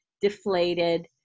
deflated